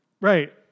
right